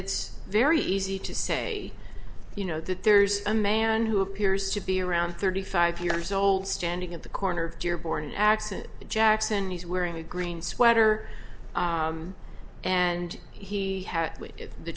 it's very easy to say you know that there's a man who appears to be around thirty five years old standing at the corner of your born accent jackson he's wearing a green sweater and he is the